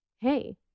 hey